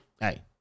Hey